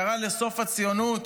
קראה לסוף הציונות,